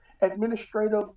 administrative